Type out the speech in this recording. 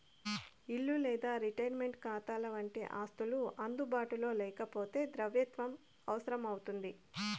ఇల్లు లేదా రిటైర్మంటు కాతాలవంటి ఆస్తులు అందుబాటులో లేకపోతే ద్రవ్యత్వం అవసరం అవుతుంది